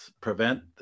prevent